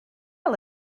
dal